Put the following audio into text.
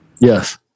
Yes